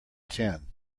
ten